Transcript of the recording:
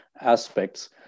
aspects